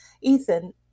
Ethan